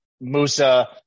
Musa